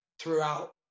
Throughout